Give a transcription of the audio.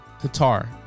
Qatar